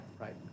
Right